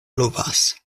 pluvas